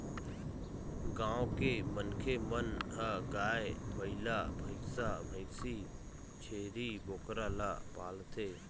गाँव के मनखे मन ह गाय, बइला, भइसा, भइसी, छेरी, बोकरा ल पालथे